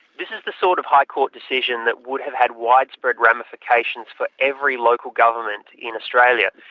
this is the sort of high court decision that would have had widespread ramifications for every local government in australia.